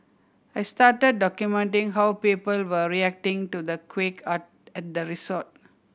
I started documenting how people were reacting to the quake are at the resort